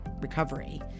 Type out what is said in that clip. Recovery